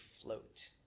float